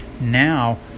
Now